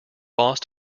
boss